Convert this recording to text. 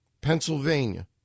Pennsylvania